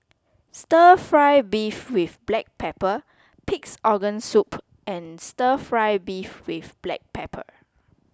Stir Fry Beef with Black Pepper Pig's Organ Soup and Stir Fry Beef with Black Pepper